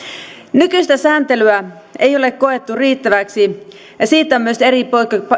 nykyistä sääntelyä ei ole koettu riittäväksi ja siitä on myös eri